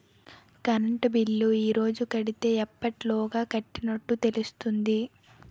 Current bill ఈ రోజు కడితే ఎప్పటిలోగా కట్టినట్టు తెలుస్తుంది?